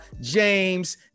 James